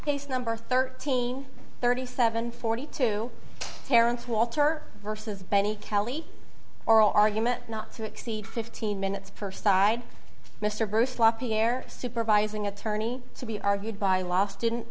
case number thirteen thirty seven forty two parents walter versus benny kelley oral argument not to exceed fifteen minutes per side mr bruce la pierre supervising attorney to be argued by law student